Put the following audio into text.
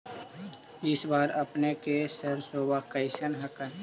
इस बार अपने के सरसोबा कैसन हकन?